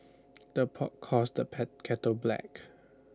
the pot calls the pat kettle black